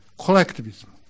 collectivism